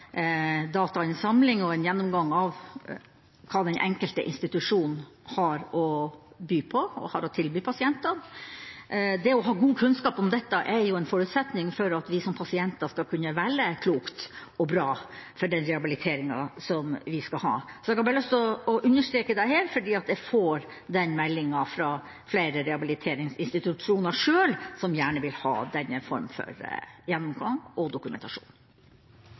datainnsamling og en gjennomgang av hva den enkelte institusjon har å by på og har å tilby pasientene. Det å ha god kunnskap om dette er en forutsetning for at vi som pasienter skal kunne velge klokt og bra for den rehabiliteringen som vi skal ha. Jeg har bare lyst til å understreke dette, fordi jeg får den meldinga fra flere rehabiliteringsinstitusjoner selv som gjerne vil ha denne formen for gjennomgang og dokumentasjon.